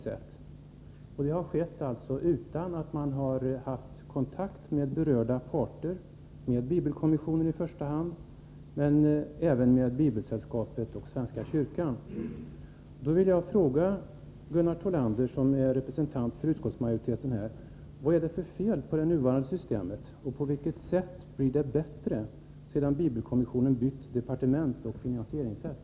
Detta har skett utan att man haft kontakt med berörda parter, i första hand med bibelkommissionen men även med Bibelsällskapet och Svenska kyrkan. Då vill jag fråga Gunnar Thollander, som är representant för utskottsmajoriteten här: Vad är det för fel på det nuvarande systemet, och på vilket sätt blir det bättre sedan bibelkommissionen bytt departement och finansieringssätt?